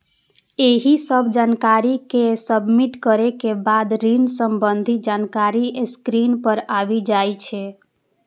एहि सब जानकारी कें सबमिट करै के बाद ऋण संबंधी जानकारी स्क्रीन पर आबि जाइ छै